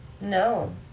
No